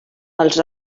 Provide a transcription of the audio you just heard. els